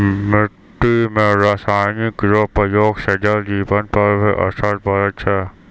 मिट्टी मे रासायनिक रो प्रयोग से जल जिवन पर भी असर पड़ै छै